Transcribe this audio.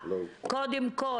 קודם כל